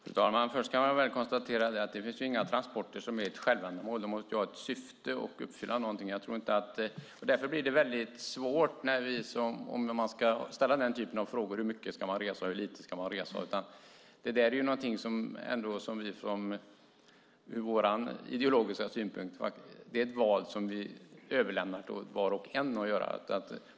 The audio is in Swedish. Fru talman! Först kan jag konstatera att det inte finns några transporter som är ett självändamål. De måste ha ett syfte och uppfylla någonting. Därför blir det svårt om man ska ställa denna typ av frågor: Hur mycket eller hur lite ska man resa? Från vår ideologiska synpunkt är det ett val som vi överlämnar till var och en att göra.